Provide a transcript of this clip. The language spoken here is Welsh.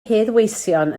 heddweision